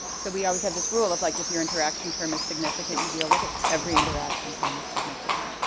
so we always have this rule of like if your interaction term is significant, you deal with it every interaction term is significant.